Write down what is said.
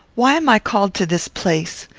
why am i called to this place?